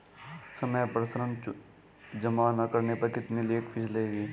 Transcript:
समय पर ऋण जमा न करने पर कितनी लेट फीस लगेगी?